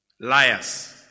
liars